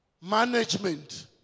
management